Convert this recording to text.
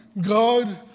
God